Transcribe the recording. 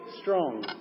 strong